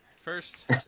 First